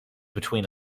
between